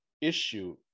issue